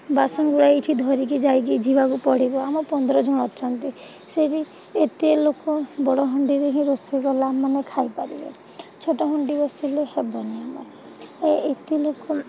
ବାସନଗୁଡ଼ା ଏଇଠି ଧରିକି ଯାଇକି ଯିବାକୁ ପଡ଼ିବ ଆମ ପନ୍ଦର ଜଣ ଅଛନ୍ତି ସେଇଠି ଏତେ ଲୋକ ବଡ଼ ହାଣ୍ଡିରେ ହିଁ ରୋଷେଇ କଲା ମାନେ ଖାଇପାରିବେ ଛୋଟ ହାଣ୍ଡି ବସାଇଲେ ହେବନି ଆମେ ଏ ଏତେ ଲୋକ